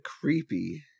creepy